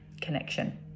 connection